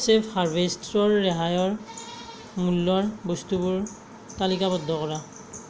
chef harvester ৰেহাইৰ মূল্যৰ বস্তুবোৰ তালিকাবদ্ধ কৰা